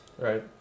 right